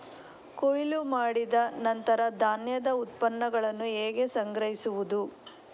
ಕೊಯ್ಲು ಮಾಡಿದ ನಂತರ ಧಾನ್ಯದ ಉತ್ಪನ್ನಗಳನ್ನು ಹೇಗೆ ಸಂಗ್ರಹಿಸುವುದು?